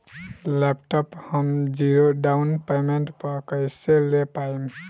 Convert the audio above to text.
Laptop हम zero down payment पर कैसे ले पाएम?